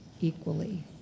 equally